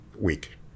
week